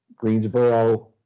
greensboro